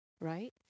Right